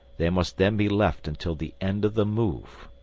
they must then be left until the end of the move.